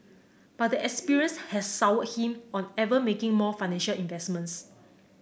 but the experience has soured him on ever making more financial investments